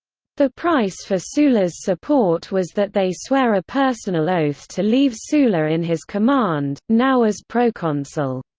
the price for sulla's support was that they swear a personal oath to leave sulla in his command, now as proconsul.